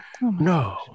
No